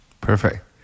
Perfect